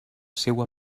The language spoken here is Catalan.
seua